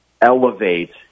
elevate